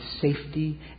safety